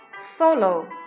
follow